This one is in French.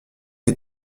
est